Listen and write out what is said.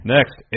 Next